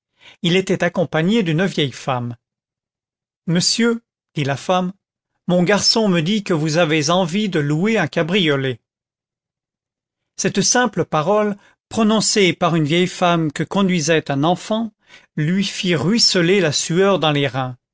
il était accompagné d'une vieille femme monsieur dit la femme mon garçon me dit que vous avez envie de louer un cabriolet cette simple parole prononcée par une vieille femme que conduisait un enfant lui fit ruisseler la sueur dans les reins